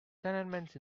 tenements